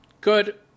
good